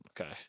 okay